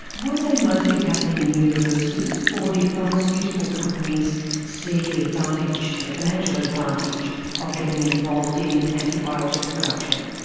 were they mostly happening in universities or did pharmaceutical companies see the advantage, the financial advantage of getting involved in antibiotic production?